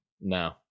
no